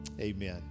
amen